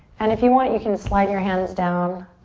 and if you want you can slide your hands down